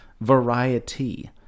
variety